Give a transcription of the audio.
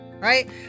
right